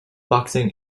boxing